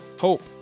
hope